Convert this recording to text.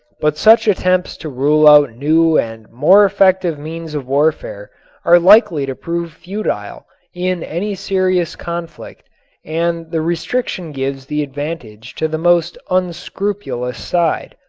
but such attempts to rule out new and more effective means of warfare are likely to prove futile in any serious conflict and the restriction gives the advantage to the most unscrupulous side.